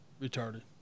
retarded